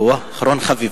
אוה, אחרון חביב.